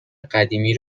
قدیمی